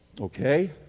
Okay